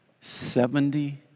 Seventy